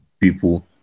people